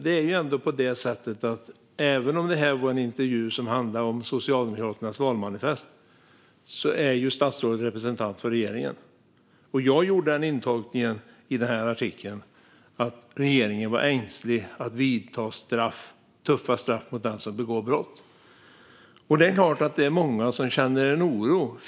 Det är ändå på det sättet att även om det var en intervju som handlade om Socialdemokraternas valmanifest är statsrådet representant för regeringen. Jag tolkade artikeln som att regeringen var ängslig för att vidta tuffa straff mot den som begår brott. Det är klart att det är många som känner en oro.